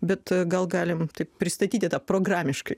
bet gal galim taip pristatyti tą programiškai